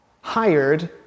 hired